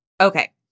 Okay